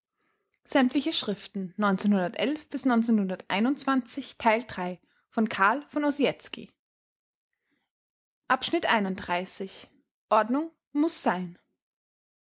volks-zeitung ordnung muß sein